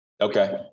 Okay